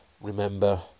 remember